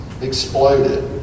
exploded